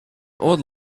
old